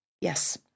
Yes